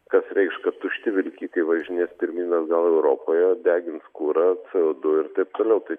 kas reikš kad tušti vilkikai važinės pirmyn atgal europoje degins kurą c o du ir taip toliau tai